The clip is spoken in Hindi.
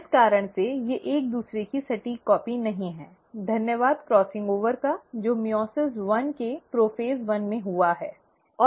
जिस कारण से ये एक दूसरे की सटीक प्रति नहीं हैं धन्यवाद क्रॉसिंग ओवर का जो मइओसिस एक के प्रोफेस वन में हुआ है